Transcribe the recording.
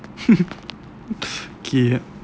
kay